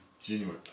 genuine